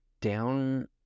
down